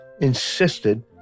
insisted